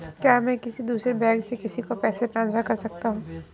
क्या मैं किसी दूसरे बैंक से किसी को पैसे ट्रांसफर कर सकता हूँ?